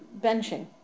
benching